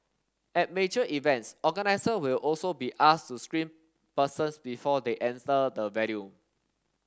at major events organiser will also be asked to screen persons before they enter the venue